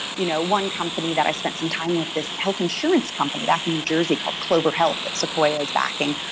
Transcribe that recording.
you know one company that i spent some time with, this health insurance company, back in new jersey called clover health that sequoia is backing.